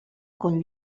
con